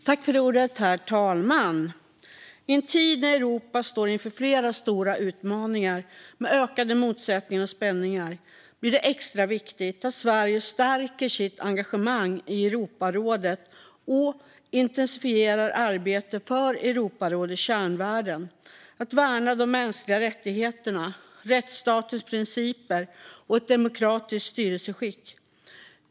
Herr talman! I en tid när Europa står inför flera stora utmaningar med ökade motsättningar och spänningar blir det extra viktigt att Sverige stärker sitt engagemang i Europarådet och intensifierar arbetet för Europarådets kärnvärden: att värna de mänskliga rättigheterna, rättsstatens principer och ett demokratiskt styrelseskick.